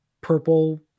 purple